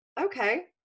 okay